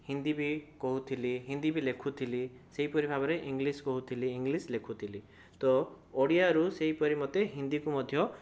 ହିନ୍ଦୀ ବି କହୁଥିଲି ହିନ୍ଦୀ ବି ଲେଖୁଥିଲି ସେହିପରି ଭାବରେ ଇଂଲିଶ କହୁଥିଲି ଇଂଲିଶ ଲେଖୁଥିଲି ତୋ ଓ଼ଡିଆରୁ ସେହିପରି ମୋତେ ହିନ୍ଦୀକୁ ମଧ୍ୟ